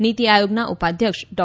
નીતી આયોગના ઉપાધ્યક્ષ ડો